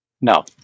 No